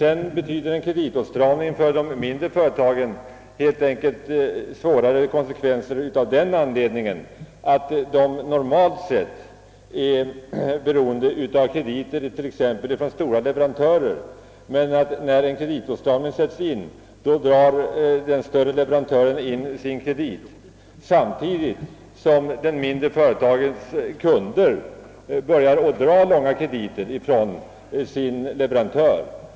En kreditåtstramning betyder stora svårigheter för de mindre företagen helt enkelt av den anledningen att de normalt är beroende av krediter, t.ex. från stora leverantörer. När en kreditåtstramning sätts in drar de större leverantörerna in sina krediter samtidigt som de mindre företagens kunder börjar dra långa krediter från sina leverantörer.